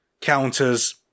counters